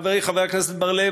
חברי חבר הכנסת בר-לב,